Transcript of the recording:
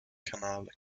canal